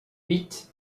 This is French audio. huit